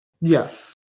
Yes